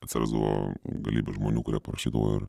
atsirasdavo galybė žmonių kurie parašydavo ir